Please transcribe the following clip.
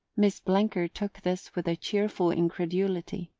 miss blenker took this with a cheerful incredulity.